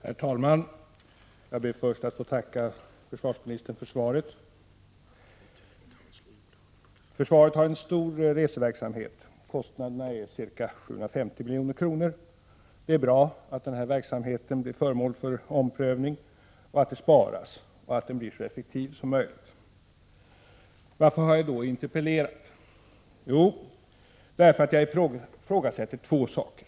Herr talman! Jag ber först att få tacka försvarsministern för svaret på min interpellation. Försvaret har en stor reseverksamhet, och kostnaderna för den är ca 750 milj.kr. Det är bra att den här verksamheten blir föremål för omprövning, att det sparas och att verksamheten blir så effektiv som möjligt. Varför har jag då interpellerat? Jo, därför att jag ifrågasätter två saker.